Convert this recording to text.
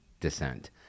descent